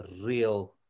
real